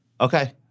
Okay